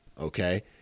Okay